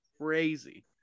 crazy